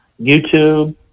YouTube